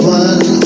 one